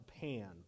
Pan